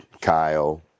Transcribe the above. kyle